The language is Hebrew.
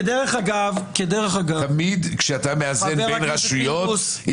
כדרך אגב --- תמיד כשאתה מאזן בין רשויות,